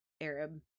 Arab